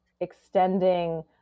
extending